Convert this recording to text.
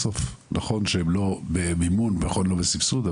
בסוף נכון שהם לא במימון ולא בסבסוד,